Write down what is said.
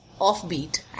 offbeat